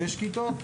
שיש כיתות.